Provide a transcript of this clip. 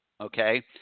Okay